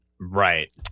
Right